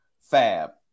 Fab